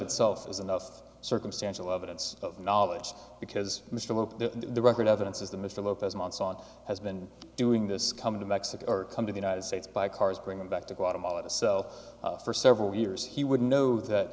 itself is enough circumstantial evidence of knowledge because mr hope the record evidence is that mr lopez months on has been doing this coming to mexico or come to the united states by cars bring him back to guatemala to sell for several years he would know that